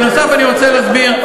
נוסף על כך, אני רוצה להסביר.